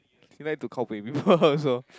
he like to kao pei people also